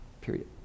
period